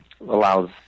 allows